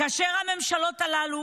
כאשר הממשלות הללו